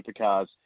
supercars